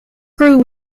grew